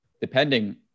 depending